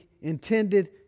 intended